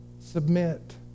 Submit